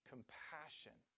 compassion